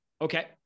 Okay